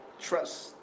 Trust